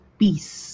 peace